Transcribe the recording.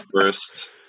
first